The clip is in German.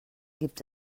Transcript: gibt